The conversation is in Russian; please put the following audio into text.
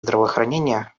здравоохранение